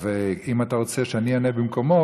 אם אתה רוצה שאני אענה במקומו,